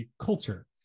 Culture